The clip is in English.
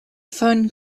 phone